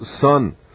Son